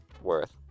Worth